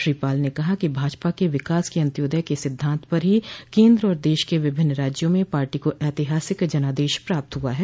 श्री पाल ने कहा कि भाजपा के विकास के अन्तयोदय के सिद्वांत पर ही केन्द्र और देश के विभिन्न राज्यों में पार्टी को ऐतिहासिक जनादेश प्राप्त हुआ है